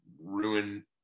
ruin